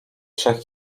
trzech